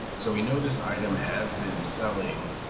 so you know this item has been selling